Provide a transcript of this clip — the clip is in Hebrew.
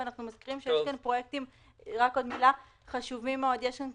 אנחנו מזכירים שיש כאן פרויקטים חשובים מאוד.